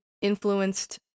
influenced